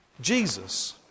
Jesus